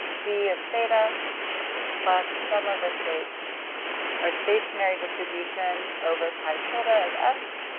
v of theta plus sum over states or stationary distribution over pi tilde of s.